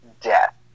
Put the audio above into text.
Death